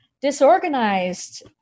disorganized